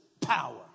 power